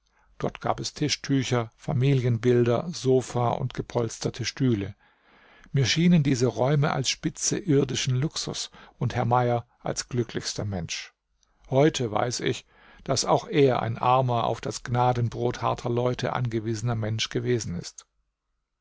dort gab es tischtücher familienbilder sofa und gepolsterte stühle mir schienen diese räume als spitze irdischen luxus und herr mayer als glücklichster mensch heute weiß ich daß auch er ein armer auf das gnadenbrot harter leute angewiesener mensch gewesen ist